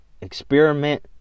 Experiment